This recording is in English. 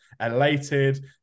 elated